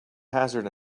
hazard